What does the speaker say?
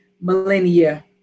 millennia